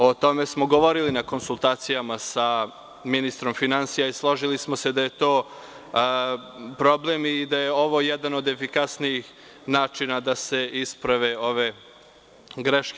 O tome smo govorili na konsultacijama sa ministrom finansija i složili smo se da je to problem i da je ovo jedan od efikasnijih načina da se isprave ove greške.